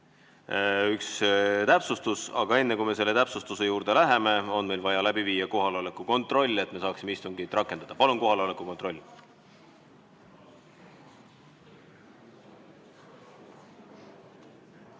üks täpsustus. Aga enne kui me selle täpsustuse juurde läheme, on meil vaja läbi viia kohaloleku kontroll, et me saaksime istungit rakendada. Palun kohaloleku kontroll!